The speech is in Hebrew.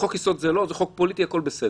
זה לא חוק יסוד, זה חוק פוליטי, הכול בסדר.